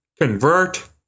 convert